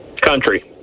Country